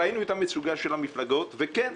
ראינו את המצוקה של המפלגות, וכן,